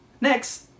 Next